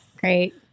Great